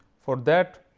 for that,